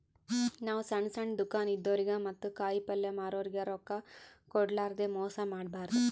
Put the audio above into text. ನಾವ್ ಸಣ್ಣ್ ಸಣ್ಣ್ ದುಕಾನ್ ಇದ್ದೋರಿಗ ಮತ್ತ್ ಕಾಯಿಪಲ್ಯ ಮಾರೋರಿಗ್ ರೊಕ್ಕ ಕೋಡ್ಲಾರ್ದೆ ಮೋಸ್ ಮಾಡಬಾರ್ದ್